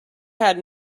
had